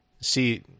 see